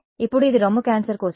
ఇప్పుడు ఇది రొమ్ము క్యాన్సర్ కోసం